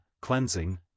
Cleansing